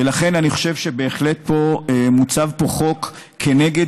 ולכן אני חושב שבהחלט מוצב פה חוק כנגד